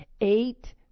Eight